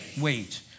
wait